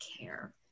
care